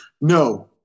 No